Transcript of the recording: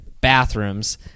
bathrooms